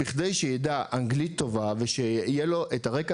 בכדי שידע אנגלית טובה ושיהיה לו את הרקע